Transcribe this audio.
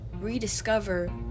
rediscover